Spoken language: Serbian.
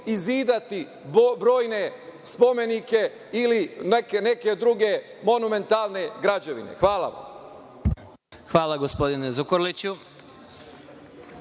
izidati brojne spomenike ili neke druge monumentalne građevine. Hvala vam. **Vladimir Marinković**